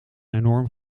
enorm